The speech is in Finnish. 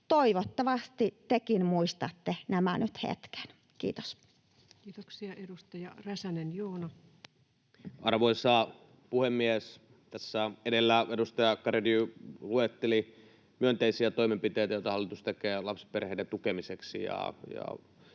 Toivottavasti tekin muistatte nämä nyt hetken. — Kiitos. Kiitoksia. — Edustaja Räsänen, Joona. Arvoisa puhemies! Tässä edellä edustaja Garedew luetteli myönteisiä toimenpiteitä, joita hallitus tekee lapsiperheiden tukemiseksi.